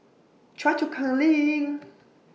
Choa Chu Kang LINK